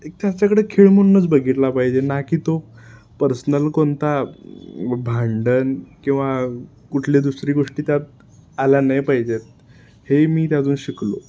एक त्याच्याकडं खेळ म्हणूनच बघितला पाहिजे ना की तो पर्सनल कोणता भांडण किंवा कुठली दुसरी गोष्टी त्यात आला नाही पाहिजेत हेही मी त्यातून शिकलो